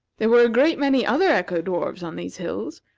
there were a great many other echo-dwarfs on these hills,